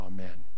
Amen